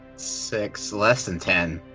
six, less than ten.